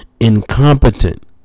incompetent